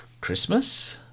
Christmas